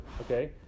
okay